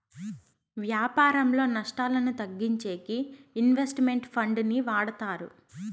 వ్యాపారంలో నష్టాలను తగ్గించేకి ఇన్వెస్ట్ మెంట్ ఫండ్ ని వాడతారు